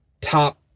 top